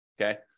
okay